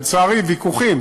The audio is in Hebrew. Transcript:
לצערי, היו ויכוחים